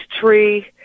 tree